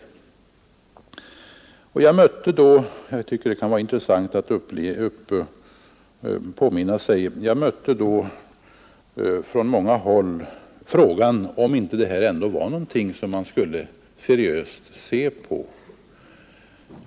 Jag mötte då — det kan vara intressant att påminna sig det — från många håll frågan om detta inte var något som man skulle seriöst se på.